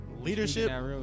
leadership